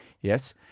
Yes